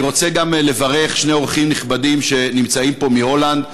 אני רוצה גם לברך שני אורחים נכבדים שנמצאים פה מהולנד,